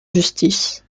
justice